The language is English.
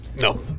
No